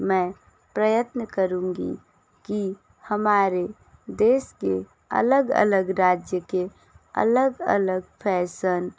मैं प्रयत्न करुँगी कि हमारे देश के अलग अलग राज्य के अलग अलग फैशन